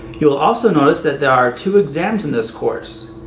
you will also notice that there are two exams in this course,